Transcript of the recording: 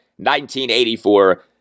1984